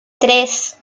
tres